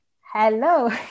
Hello